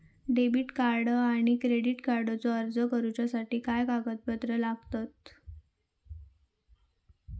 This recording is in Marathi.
डेबिट आणि क्रेडिट कार्डचो अर्ज करुच्यासाठी काय कागदपत्र लागतत?